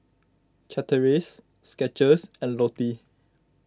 Chateraise Skechers and Lotte